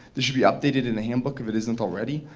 they should be updated in the handbook if it isn't already.